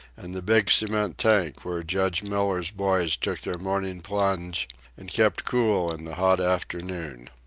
and the big cement tank where judge miller's boys took their morning plunge and kept cool in the hot afternoon.